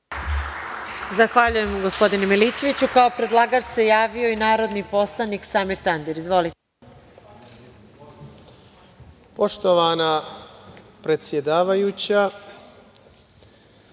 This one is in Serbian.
Zahvaljujem gospodine Milićeviću. Kao predlagač se javio i narodni poslanik Samir Tandir. Izvolite. **Samir Tandir** Poštovana predsedavajuća,